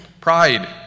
Pride